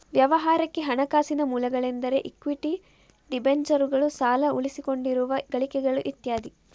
ವ್ಯವಹಾರಕ್ಕೆ ಹಣಕಾಸಿನ ಮೂಲಗಳೆಂದರೆ ಇಕ್ವಿಟಿ, ಡಿಬೆಂಚರುಗಳು, ಸಾಲ, ಉಳಿಸಿಕೊಂಡಿರುವ ಗಳಿಕೆಗಳು ಇತ್ಯಾದಿ